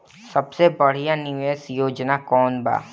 सबसे बढ़िया निवेश योजना कौन बा?